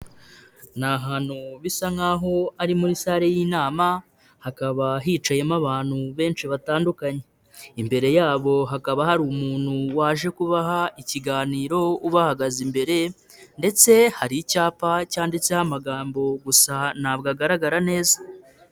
Ni ahantu bisa nk'aho ari muri sale y'inama, hakaba hicayemo abantu benshi batandukanye, imbere yabo hakaba hari umuntu waje kubaha ikiganiro ubahagaze imbere ndetse hari icyapa cyanditseho amagambo gusa ntabwo agaragara neza.